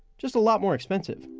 just a lot more expensive.